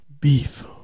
beef